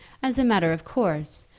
as a matter of course,